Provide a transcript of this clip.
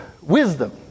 wisdom